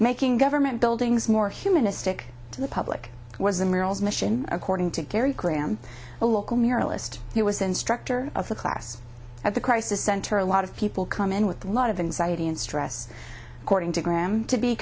making government buildings more humanistic to the public was the merrills mission according to gary graham a local muralist he was instructor of the class at the crisis center a lot of people come in with a lot of insight and stress according to graham to be